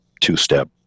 two-step